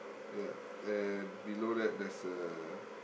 ya and below that there's a